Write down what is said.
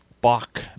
Bach